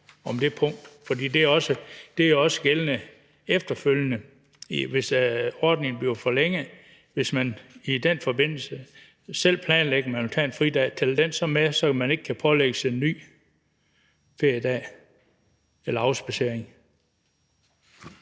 det er også gældende efterfølgende. Hvis ordningen bliver forlænget og man i den forbindelse selv planlægger, at man vil tage 1 fridag, tæller den så med, så man ikke kan pålægges at tage 1 ny feriedag eller afspadseringsdag?